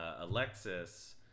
Alexis